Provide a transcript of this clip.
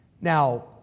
Now